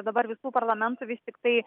dabar visų parlamentų vis tiktai